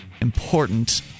important